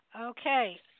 Okay